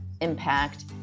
impact